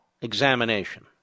examination